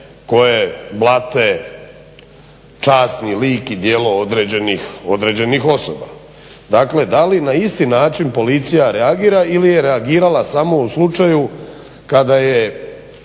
koji blate časni lik i djelo određenih osoba? Dakle, da li na isti način Policija reagira ili je reagirala samo u slučaju kada je